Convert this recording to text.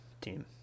team